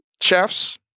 chefs